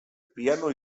piano